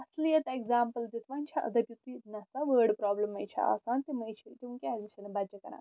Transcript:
اصلیت example دِتھ وۄنۍ چھِ دٔپِو تُہۍ نہ سا وٲڈ پرٛابلِمَے چھےٚ آسان تِمَے چھِ تِم کیازِ چھِنہٕ بَچہِ کَران